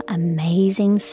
amazing